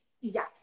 Yes